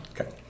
Okay